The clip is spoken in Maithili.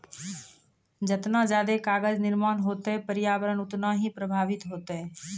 जतना जादे कागज निर्माण होतै प्रर्यावरण उतना ही प्रभाबित होतै